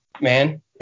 man